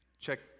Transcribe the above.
Check